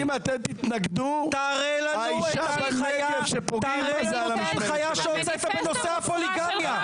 תראה לנו את ההנחיה שהוצאת בנושא הפוליגמיה.